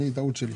טעות שלי.